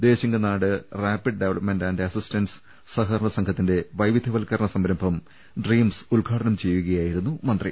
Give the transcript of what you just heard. ദേശിംഗ നാട് rapid development and assistance സഹകരണ് സംഘത്തിന്റെ വൈവിധ്യവൽക്കരണ സംരംഭം ഡ്രീംസ് ഉദ്ഘാടനം ചെയ്യു കയായിരുന്നു മന്ത്രി